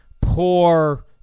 poor